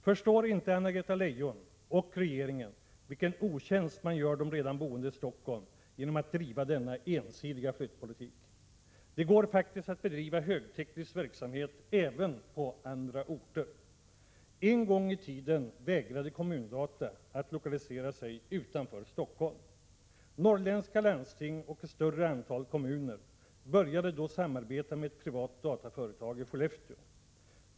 Förstår inte Anna-Greta Leijon och regeringen vilken otjänst man gör de redan boende i Stockholm genom att driva denna ensidiga flyttpolitik? Det går faktiskt att bedriva högteknisk verksamhet även på andra orter. En gång i tiden vägrade Kommun-Data att lokalisera sig utanför Stockholm. Norrländska landsting och ett större antal kommuner började då samarbeta med ett privat dataföretag i Skellefteå.